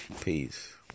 Peace